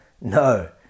No